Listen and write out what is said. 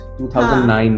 2009